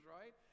right